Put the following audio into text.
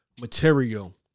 material